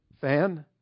Fan